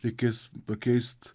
reikės pakeist